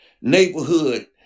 neighborhood